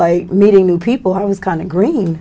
like meeting new people i was kind of green